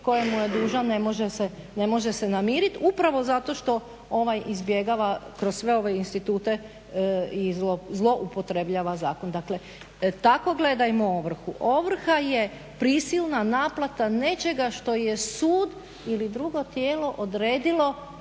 kojemu je dužan ne može se namiriti upravo zato što ovaj izbjegava kroz sve ove institute i zloupotrebljava zakon. Dakle tako gledajmo ovrhu. Ovrha je prisilna naplata nečega što je sud ili drugo tijelo odredilo